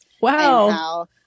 Wow